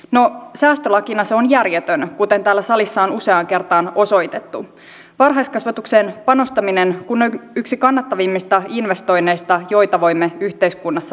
no säästölakina se on järjetön kuten täällä salissa on useaan kertaan osoitettu varhaiskasvatukseen panostaminen kun on yksi kannattavimmista investoinneista joita voimme yhteiskunnassa tehdä